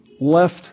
left